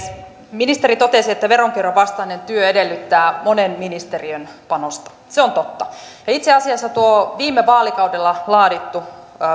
ministeri totesi että veronkierron vastainen työ edellyttää monen ministeriön panosta se on totta itse asiassa tuo viime vaalikaudella laadittu